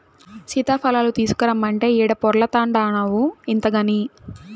సీతాఫలాలు తీసకరమ్మంటే ఈడ పొర్లాడతాన్డావు ఇంతగని